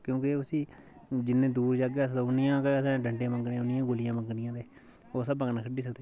क्योंकि उसी जिन्नी दूर जाह्गे अस ते उन्नियां गै असें डंडे मगंने उन्नी गै गुल्लियां मंगनियां ते ओह् स्हाब कन्नै खेढी सकदे